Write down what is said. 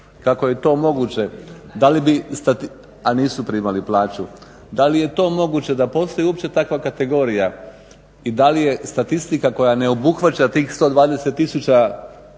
Kako je to moguće? Da li je to moguće da postoji uopće takva kategorija i da li je statistika koja ne obuhvaća tih 120